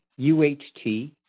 UHT